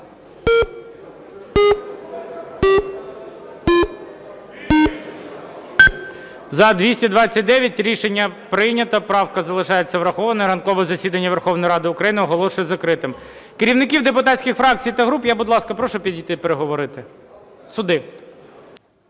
За-229 Рішення прийнято. Правка залишається врахованою. Ранкове засідання Верховної Ради України оголошую закритим. Керівників депутатських фракцій та груп я, будь ласка, прошу підійти, переговорити сюди.